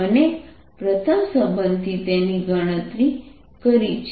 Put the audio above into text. અમે પ્રથમ સંબંધથી તેની ગણતરી કરી છે